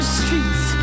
streets